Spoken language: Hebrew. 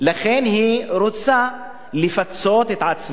לכן היא רוצה לפצות את עצמה.